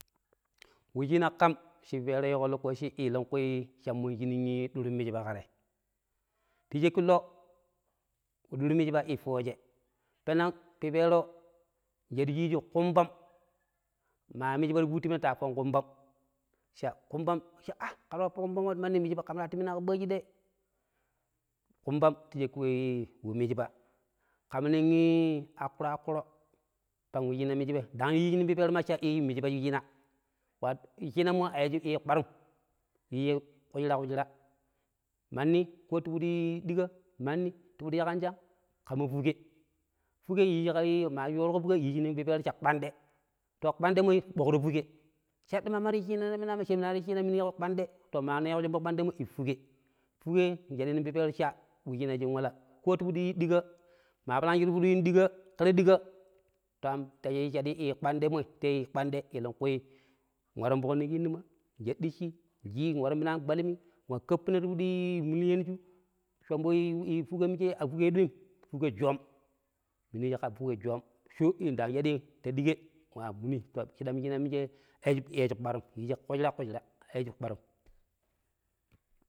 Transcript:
Shi pipeero yiiko lokaci elengkui cha mu shinin ndurun misba ka je. Ti shakki lo wu duru misba i, fooje peneng pipeero nshadu shiiju kumbani maa musba ta fuutu mina ta appon kumbam. Cha kumbam a, kera appo kumbam mo misba kam ta wattu minaako baaji dee? kumba ta shakki wee wu misba. Kam nong i akkro-akkro pang wuccina misbai ndang yii nong pipeero cha i misba wucuna ciina maa ayiiji kpar'um yiiji kushira - kushira manni ko kushira dika manni ti fudi sha kanjang kamma fuke. Fuke yiiji kai, maa shooruko yiiji nong pipeero cha kpande, to, kpandemo i bokra fuke. Cha dima mara yii ciina niyaa cha minurari yii ciinam i kpande. To maa neeko shombo kpande mo to, i fuke. Fuke nshadi nong pipeero cha wuciina shin wala. Ko ti fudi yii dika, maa palang shi ti fudi yuun dika kero dika ta shadi kpande moi ta yii kpande moi elekui nwaron fokna kinnima nshad dicci na nwaron mina angbalmi nwa kapplna ti fudi mulyanju shombo i fuke mije a fuke doim fuke joom, minu yiiji ka fuke joom ndang shadi ta dike nwa wuni to to shaddam mije a yiiji kpar'um yiiji kushira - kushira, a yiiji kpar'um.